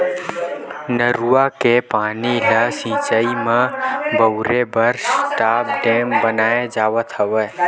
नरूवा के पानी ल सिचई म बउरे बर स्टॉप डेम बनाए जावत हवय